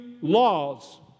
laws